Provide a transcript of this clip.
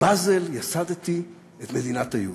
בבאזל ייסדתי את מדינת היהודים.